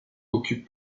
occupe